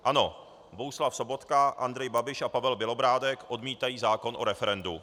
Ano, Bohuslav Sobotka, Andrej Babiš a Pavel Bělobrádek odmítají zákon o referendu.